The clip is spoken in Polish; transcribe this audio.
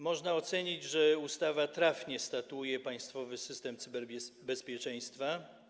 Można ocenić, że ustawa trafnie statuuje państwowy system cyberbezpieczeństwa.